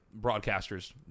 broadcasters